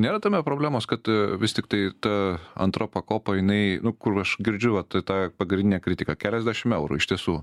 nėra tame problemos kad vis tiktai ta antra pakopa jinai nu kur aš girdžiu vat tą pagrindinę kritiką keliasdešimt eurų iš tiesų